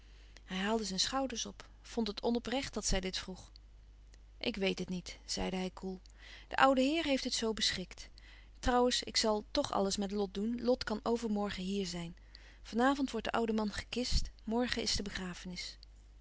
hij haalde zijn schouders op vond het onoprecht dat zij dit vroeg ik weet het niet zeide hij koel de oude heer heeft het zoo beschikt trouwens ik zal tch alles met lot doen lot kan overmorgen hier zijn van avond wordt de oude man gekist morgen is de begrafenis